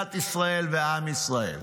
מדינת ישראל ועם ישראל,